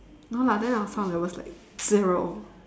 no lah then our sound level's like zero